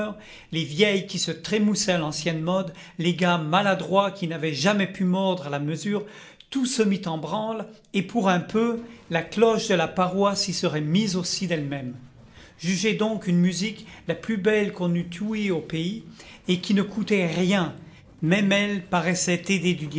les vieilles qui se trémoussaient à l'ancienne mode les gars maladroits qui n'avaient jamais pu mordre à la mesure tout se mit en branle et pour un peu la cloche de la paroisse s'y serait mise aussi d'elle-même jugez donc une musique la plus belle qu'on eût ouïe au pays et qui ne coûtait rien même elle paraissait